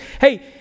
hey